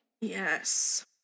Yes